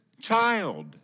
child